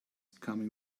coming